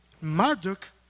Marduk